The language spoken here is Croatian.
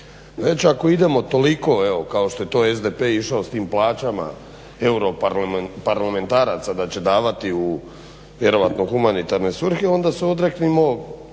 već ako idemo toliko kao što je to SDP išao s tim plaćama europarlamentaraca da će davati u vjerojatno u humanitarne svrhe onda se odreknimo